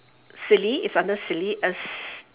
silly it's under silly uh